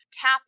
tap